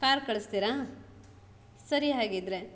car ಕಳಿಸ್ತೀರಾ ಸರಿ ಹಾಗಿದ್ದರೆ